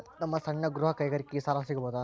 ನಮ್ಮ ಸಣ್ಣ ಗೃಹ ಕೈಗಾರಿಕೆಗೆ ಸಾಲ ಸಿಗಬಹುದಾ?